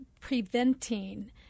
preventing